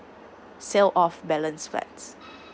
sale of balance flats